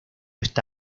está